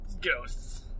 ghosts